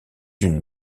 unes